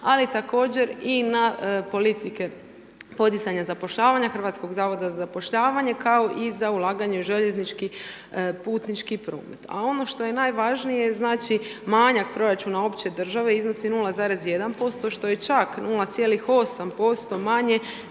ali također i na politike poticanja zapošljavanja HZZZ-a kao i za ulaganje u željeznički putnički promet. A ono što je najvažnije, znači manjak proračuna opće države iznosi 0,1% što je čak 0,8% manje